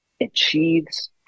achieves